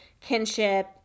kinship